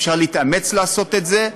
אפשר להתאמץ לעשות את זה,